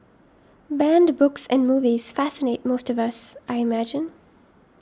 banned books and movies fascinate most of us I imagine